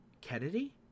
Kennedy